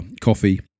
coffee